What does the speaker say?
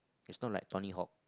it's not like Tony-Hawk